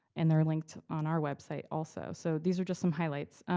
and they're linked on our website also. so these are just some highlights.